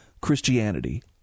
Christianity